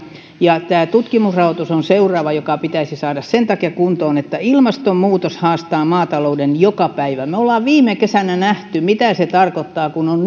ja tämä tutkimusrahoitus on seuraava joka pitäisi saada sen takia kuntoon että ilmastonmuutos haastaa maatalouden joka päivä me olemme viime kesänä nähneet mitä se tarkoittaa kun on